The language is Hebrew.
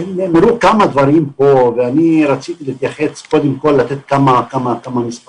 נאמרו כמה דברים פה ורציתי להתייחס ולתת קודם כל כמה מספרים.